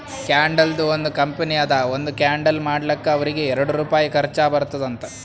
ಕ್ಯಾಂಡಲ್ದು ಒಂದ್ ಕಂಪನಿ ಅದಾ ಒಂದ್ ಕ್ಯಾಂಡಲ್ ಮಾಡ್ಲಕ್ ಅವ್ರಿಗ ಎರಡು ರುಪಾಯಿ ಖರ್ಚಾ ಬರ್ತುದ್ ಅಂತ್